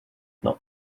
not